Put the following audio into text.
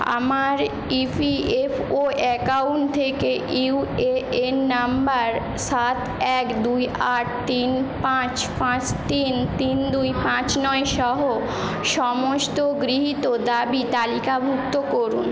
আমার EPFO account থেকে UAN number সাত এক দুই আট তিন পাঁচ পাঁচ তিন তিন দুই পাঁচ নয়সহ সমস্ত গৃহীত দাবি তালিকাভুক্ত করুন